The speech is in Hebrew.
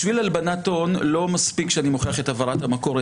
בשביל הלבנת הון לא מספיק שאני מוכיח את עבירת המקור,